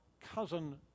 cousin